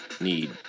need